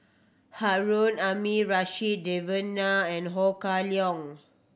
Harun Aminurrashid Devan Nair and Ho Kah Leong